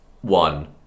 one